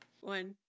one